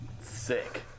Sick